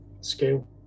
scale